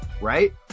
right